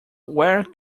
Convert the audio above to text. where